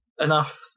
enough